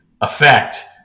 effect